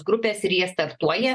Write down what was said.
grupės ir jie startuoja